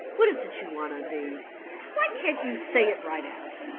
what is it you want, undine? why can't you say it right out?